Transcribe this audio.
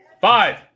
Five